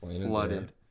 flooded